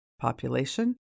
Population